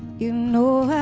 you know